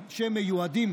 שמיועדים